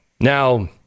Now